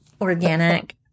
organic